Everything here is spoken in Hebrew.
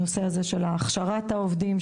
הנושא הזה של הכשרת העובדים,